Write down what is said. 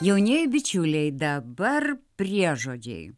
jaunieji bičiuliai dabar priežodžiai